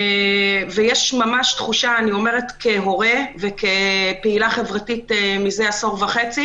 יש תחושה אני אומרת כהורה וכפעילה חברתית מזה עשור וחצי